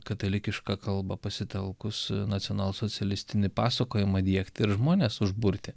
katalikiška kalba pasitelkus nacionalsocialistinį pasakojimą diegt ir žmones užburti